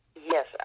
Yes